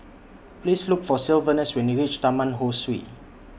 Please Look For Sylvanus when YOU REACH Taman Ho Swee